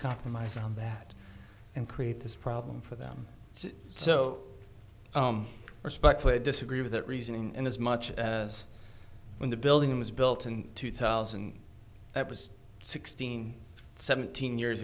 compromise on that and create this problem for them so respectfully disagree with that reasoning and as much as when the building was built in two thousand that was sixteen seventeen years